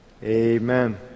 Amen